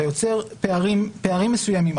אתה יוצר פערים מסוימים.